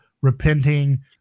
repenting